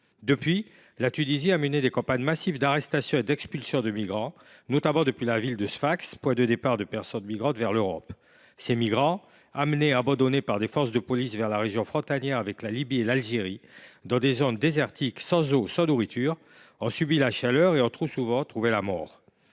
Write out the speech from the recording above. Depuis lors, la Tunisie a mené des campagnes massives d’arrestation et d’expulsion de migrants, notamment depuis la ville de Sfax, point de départ de personnes migrantes vers l’Europe. Ces migrants sont emmenés par des forces de police vers la région frontalière avec la Libye et l’Algérie ; ils y sont abandonnés dans des zones désertiques, sans eau ni nourriture ; ils y subissent la chaleur et y ont trop souvent trouvé la mort.